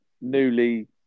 newly